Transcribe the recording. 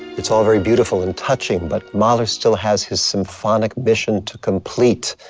it's all very beautiful and touching, but mahler still has his symphonic mission to complete.